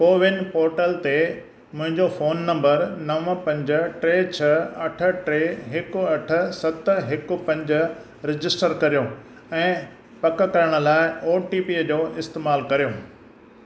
CoWIN portal ते मुंहिंजो phone number नव पंज टे छह अठ टे हिकु अठ सत हिकु पंज रजिस्टर करियो ऐं पकु करण लाइ ओटीपीअ जो इस्तेमालु करियो